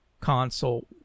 console